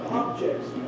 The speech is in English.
objects